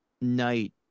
night